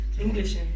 English